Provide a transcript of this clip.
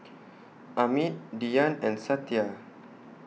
Amit Dhyan and Satya